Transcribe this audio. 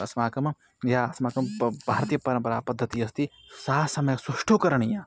अस्माकं याः अस्माकं ब भारतीया परम्परा पद्धतिः अस्ति सा सम्यक् सुष्ठुः करणीया